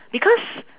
because